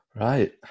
Right